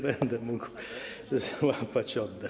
Będę mógł złapać oddech.